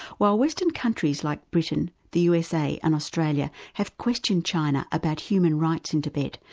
while western countries, like britain, the usa and australia, have questioned china about human rights in tibet,